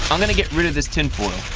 i'm going to get rid of this tin foil.